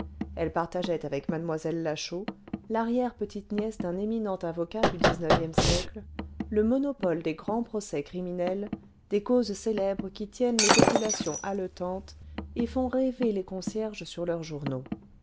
elle partageait avec mademoiselle la chaux l'arrière petite nièce d'un éminent avocat du xixe siècle le monopole des grands procès criminels des causes célèbres qui tiennent les populations haletantes et font rêver les concierges sur leurs journaux